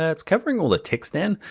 ah it's covering all the ticks, then.